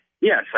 Yes